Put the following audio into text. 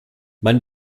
mein